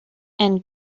and